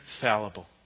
fallible